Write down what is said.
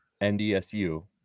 NDSU